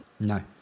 No